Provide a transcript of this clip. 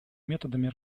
методами